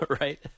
right